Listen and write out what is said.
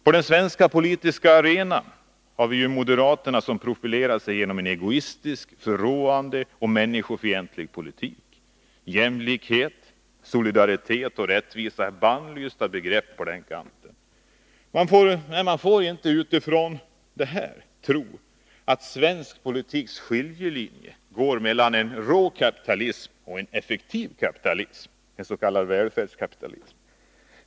På den svenska politiska arenan har vi ju moderaterna som profilerar sig genom en egoistisk, förråande och människofientlig politik. Jämlikhet, solidaritet och rättvisa är bannlysta begrepp på den kanten. Man får inte utifrån detta tro att svensk politiks skiljelinje går mellan en rå kapitalism och en effektiv kapitalism, en s.k. välfärdskapitalism.